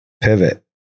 Pivot